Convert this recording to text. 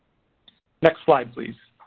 next slide please.